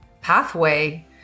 pathway